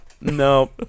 No